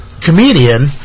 comedian